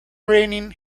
raining